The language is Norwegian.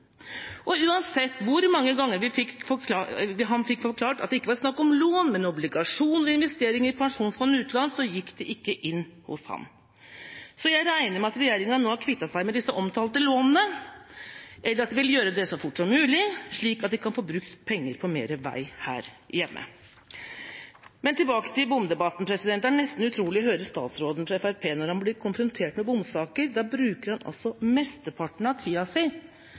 bom. Uansett hvor mange ganger han fikk forklart at det ikke var snakk om lån, men om obligasjoner og investeringer i Statens pensjonsfond utland, gikk det ikke inn hos ham. Så jeg regner med at regjeringa nå har kvittet seg med de omtalte lånene, eller at de vil gjøre det så fort som mulig, slik at de kan få brukt penger på mer vei her hjemme. Tilbake til bomdebatten. Det er nesten utrolig å høre på statsråden fra Fremskrittspartiet når han blir konfrontert med bomsaker. Da bruker han mesteparten av tida si